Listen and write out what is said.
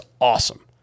awesome